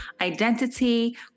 identity